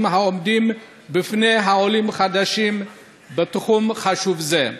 העומדים בפני העולים החדשים בתחום חשוב זה.